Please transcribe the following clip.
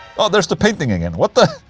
ah there's the painting again what the.